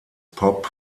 pop